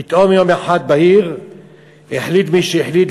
פתאום יום בהיר אחד החליט מי שהחליט,